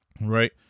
Right